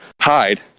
hide